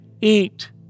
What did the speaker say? eat